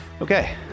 Okay